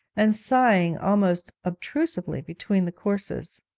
and sighing almost obtrusively between the courses.